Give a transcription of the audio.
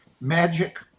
magic